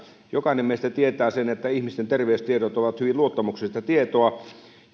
jokainen meistä tietää sen että ihmisten terveystiedot ovat hyvin luottamuksellista tietoa